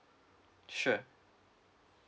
sure